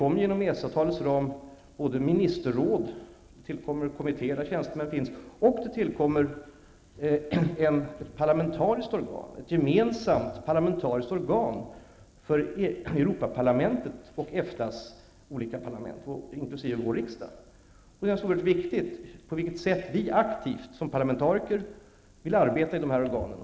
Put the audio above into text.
Men genom EES-avtalets ram tillkommer ministerråd, kommittéer -- där tjänstemän finns med -- och ett gemensamt parlamentariskt organ för Europaparlamentet och EFTA:s olika parlament, inkl. vår riksdag. Det är oerhört viktigt på vilket sätt vi som parlamentariker aktivt vill arbeta i organen.